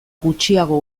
gutxiago